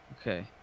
Okay